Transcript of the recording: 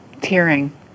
tearing